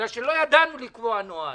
בגלל שלא ידענו לקבוע נוהל.